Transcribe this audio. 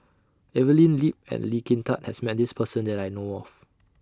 Evelyn Lip and Lee Kin Tat has Met This Person that I know of